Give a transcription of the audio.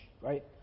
right